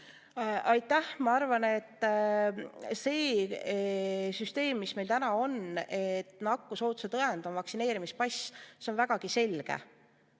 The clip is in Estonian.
Aitäh! Ma arvan, et see süsteem, mis meil täna on, see, et nakkusohutuse tõend on vaktsineerimispass, on vägagi selge.